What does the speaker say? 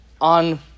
on